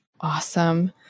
Awesome